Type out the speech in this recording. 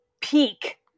peak